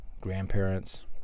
grandparents